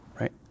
right